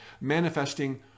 manifesting